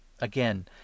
again